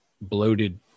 bloated